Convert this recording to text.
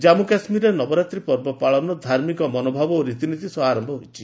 ଜାମ୍ମୁ କାଶ୍ମୀରରେ ନବରାତ୍ରି ପର୍ବ ପାଳନ ଧାର୍ମିକ ମନୋଭାବ ଓ ରୀତିନୀତି ସହ ଆରମ୍ଭ ହୋଇଛି